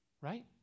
right